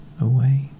away